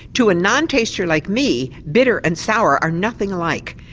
to a non-taster like me bitter and sour are nothing alike,